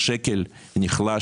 השקל נחלש,